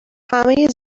همه